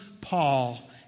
Paul